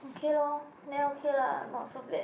okay lor then okay lah not so bad